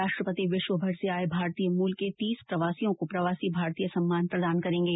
राष्ट्रपति विश्वभर से आये भारतीय मूल के तीस प्रवासियों को प्रवासी भारतीय सम्मान प्रदान करेंगे